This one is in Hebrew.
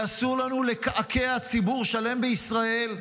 ואסור לנו לקעקע ציבור שלם בישראל,